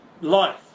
life